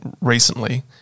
recently –